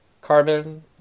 carbon